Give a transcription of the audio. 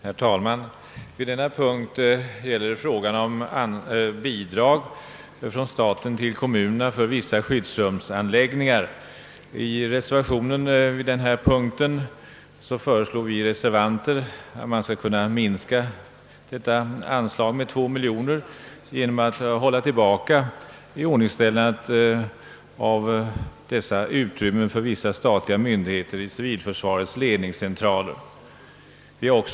Herr talman! Under denna punkt behandlas frågan om bidrag från staten till kommunerna för vissa skyddsrumsanläggningar. I den reservation som fogats till punkten föreslår vi reservanter att anslaget skall kunna minskas med 2 miljoner genom att iordningstäl landet av utrymmen för vissa statliga myndigheter i civilförsvarets ledningscentraler hålls tillbaka.